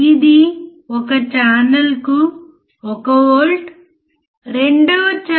04 లేదా 1 వోల్ట్ నుండి 1